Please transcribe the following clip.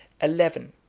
eleven.